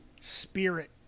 spirit